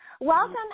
Welcome